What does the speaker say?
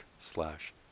slash